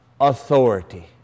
authority